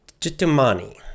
Jitumani